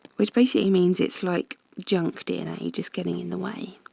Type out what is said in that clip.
which basically means it's like junk dna just getting in the way.